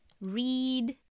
read